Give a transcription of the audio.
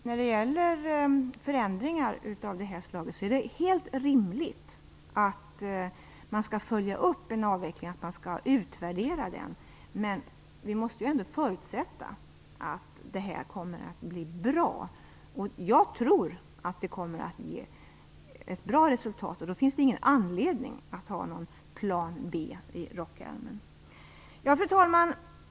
När det gäller förändringar av det här slaget är det nämligen helt rimligt att man skall följa upp en avveckling och utvärdera den. Vi måste ändå förutsätta att det här kommer att bli bra. Jag tror att det kommer att ge ett bra resultat. Då finns det ingen anledning att ha någon plan B i rockärmen. Fru talman!